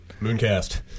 Mooncast